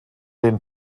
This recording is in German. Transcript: den